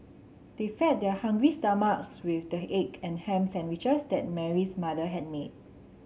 they fed their hungry stomachs with the egg and ham sandwiches that Mary's mother had made